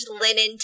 linen